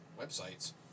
websites